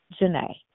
Janae